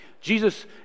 Jesus